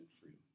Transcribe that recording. freedom